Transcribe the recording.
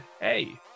hey